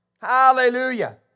Hallelujah